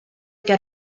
get